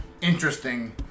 interesting